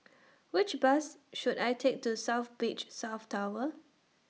Which Bus should I Take to South Beach South Tower